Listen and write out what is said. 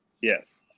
Yes